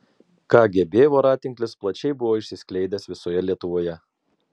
kgb voratinklis plačiai buvo išsiskleidęs visoje lietuvoje